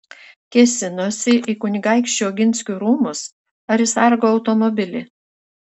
kėsinosi į kunigaikščių oginskių rūmus ar į sargo automobilį